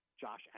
Josh